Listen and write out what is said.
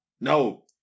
No